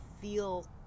feel